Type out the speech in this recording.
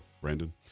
Brandon